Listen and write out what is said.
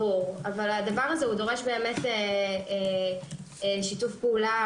אבל הדבר הזה דורש באמת שיתוף פעולה